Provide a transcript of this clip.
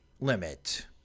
limit